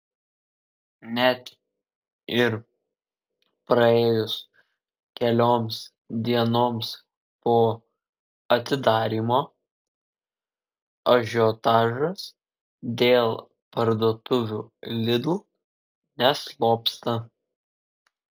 net ir praėjus kelioms dienoms po atidarymo ažiotažas dėl parduotuvių lidl neslopsta